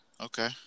Okay